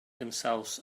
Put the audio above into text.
themselves